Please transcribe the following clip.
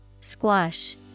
squash